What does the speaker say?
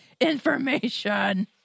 information